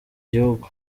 gihugu